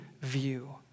view